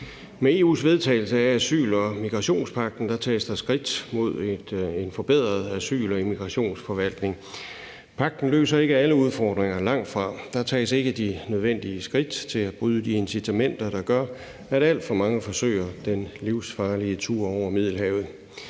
Med EU's vedtagelse af asyl- og migrationspagten tages der skridt mod en forbedret asyl- og immigrationsforvaltning. Pagten løser ikke alle udfordringer – det gør den langtfra; der tager ikke de nødvendige skridt til at bryde de incitamenter, der gør, at alt for mange forsøger den livsfarlige tur over Middelhavet